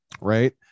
right